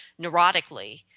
neurotically